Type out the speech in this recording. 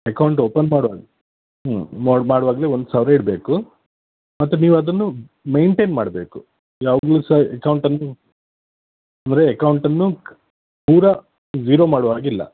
account open ಮಾಡುವಾಗ ಮಾಡ್ ಮಾಡುವಾಗಲೇ ಒಂದು ಸಾವಿರ ಇಡಬೇಕು ಮತ್ತು ನೀವು ಅದನ್ನು ಮೈನ್ಟೇನ್ ಮಾಡಬೇಕು ಯಾವಾಗಲೂ ಸಹ ಅಕೌಂಟನ್ನು ಅಂದರೆ ಅಕೌಂಟನ್ನು ಪೂರಾ ಜೀರೋ ಮಾಡೋ ಹಾಗಿಲ್ಲ